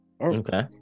okay